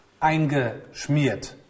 eingeschmiert